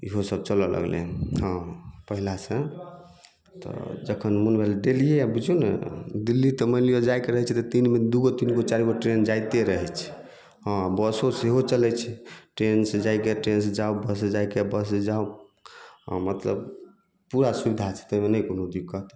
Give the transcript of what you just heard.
इहो सब चलऽ लगलै हन हँ पहिले सऽ तऽ जखन मोन भेल डेलिये बुझियौ ने दिल्ली तऽ मानि लिअ जायके रहै छै तऽ तीन दू गो तीन गो चारि गो ट्रेन जाइते रहै छै हँ बसो सेहो चलै छै ट्रेन से जायके ट्रेन से जाउ बस से जायके यऽ बस से जाउ हँ मतलब पूरा सुबधा छै ताहिमे नहि कोनो दिक्कत